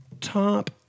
Top